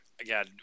again